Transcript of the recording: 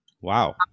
Wow